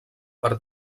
per